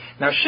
Now